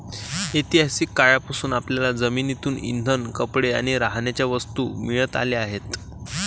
ऐतिहासिक काळापासून आपल्याला जमिनीतून इंधन, कपडे आणि राहण्याच्या वस्तू मिळत आल्या आहेत